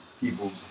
people's